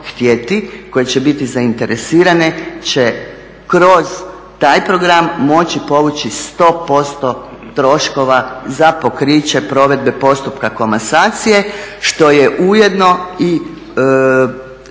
koje će biti zainteresirane će kroz taj program moći povući 100% troškova za pokriće provedbe postupka komasacije što je ujedno i